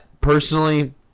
personally